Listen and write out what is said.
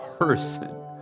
person